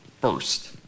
first